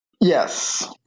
Yes